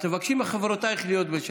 תבקשי מחברותייך להיות בשקט.